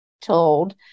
told